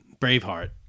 Braveheart